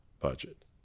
budget